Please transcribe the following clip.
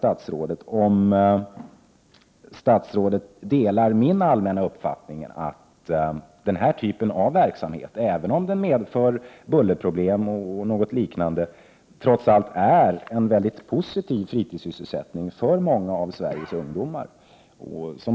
Delar statsrådet min uppfattning att denna typ av verksamhet, även om den medför bullerproblem osv. , trots allt inte är en positiv fritidssysselsättning för många av Sveriges ungdomar?